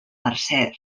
mercè